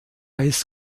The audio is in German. high